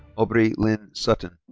aubrie lynn sutton.